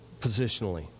positionally